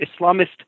Islamist